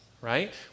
right